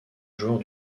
joueur